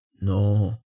No